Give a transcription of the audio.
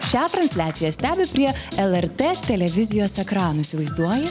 šią transliaciją stebi prie lrt televizijos ekranų įsivaizduoji